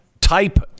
Type